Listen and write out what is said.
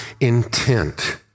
intent